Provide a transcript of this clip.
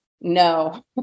No